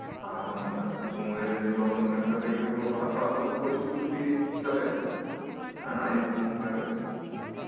ᱟᱨ ᱱᱚᱝᱠᱟᱱ ᱥᱚᱢᱚᱭ ᱨᱮ ᱦᱚᱭᱛᱳ ᱡᱚᱢᱼᱧᱩ ᱠᱚ ᱮᱢ ᱠᱟᱛᱮᱫ ᱜᱮ ᱯᱟᱲᱦᱟᱜ ᱴᱟᱲᱦᱟᱜ ᱠᱚ ᱫᱩᱲᱩᱵ ᱠᱚ ᱦᱩᱭᱩᱜᱼᱟ ᱥᱠᱩᱞ ᱠᱚ ᱪᱷᱩᱴᱤ ᱠᱟᱛᱮ ᱦᱮᱸ ᱟᱭᱩᱯ ᱦᱚᱸ ᱚᱱᱠᱟ ᱜᱮ